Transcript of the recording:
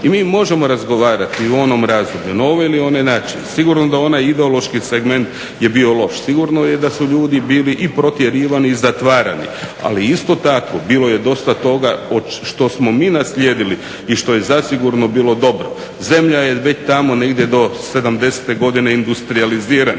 I mi možemo razgovarati i u onom razdoblju, na ovaj ili onaj način, sigurno da onaj ideološki segment je bio loš, sigurno je da su ljudi bili i protjerivani i zatvarani, ali isto tako bilo je dosta toga što smo mi naslijedili i što je zasigurno bilo dobro. Zemlja je već tamo negdje do '70. godine industrijalizirana,